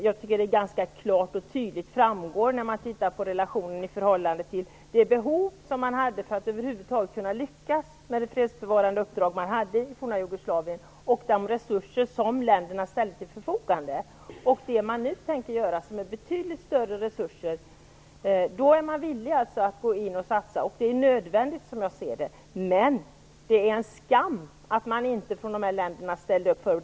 Jag tycker att det ganska klart och tydligt framgår när man tittar på relationen i förhållande till det behov som förelåg för att man över huvud taget skulle kunna lyckas med det fredsbevarande uppdraget i det forna Jugoslavien och de resurser som länderna ställde till förfogande. Det som man nu tänker göra kräver betydligt större resurser, och då är man villig att gå in och satsa. Som jag ser det är det nödvändigt, men det är en skam att dessa länder inte ställde upp tidigare.